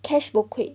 cash bouquet